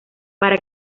para